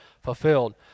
fulfilled